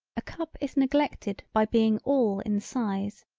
a cup is neglected by being all in size.